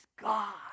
God